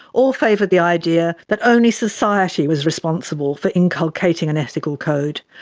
all favoured the idea that only society was responsible for inculcating an ethical code,